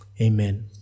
amen